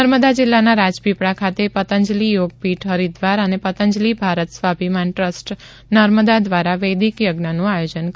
નર્મદા જિલ્લાના રાજપીપળા ખાતે પતંજલિ યોગ પીઠ હરિદ્વાર અને પતંજલિ ભારત સ્વાભિમાન ટ્રસ્ટ નર્મદા દ્વારા વૈદિક યજ્ઞનું આયોજન કરાયું હતું